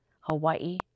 Hawaii